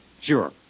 Sure